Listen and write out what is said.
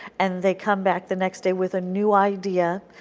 and they come back the next day with a new idea,